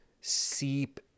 seep